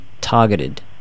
targeted